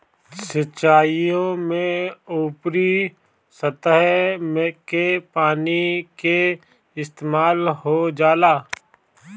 सिंचाईओ में ऊपरी सतह के पानी के इस्तेमाल हो जाला